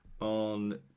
on